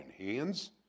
hands